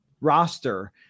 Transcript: roster